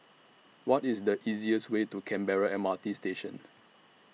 What IS The easiest Way to Canberra M R T Station